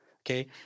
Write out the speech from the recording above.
Okay